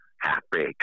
half-baked